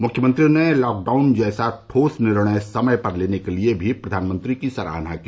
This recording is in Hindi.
मुख्यमंत्रियों ने लॉकडाउन जैसा ठोस निर्णय समय पर लेने के लिए भी प्रधानमंत्री की सराहना की